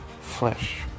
flesh